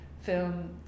film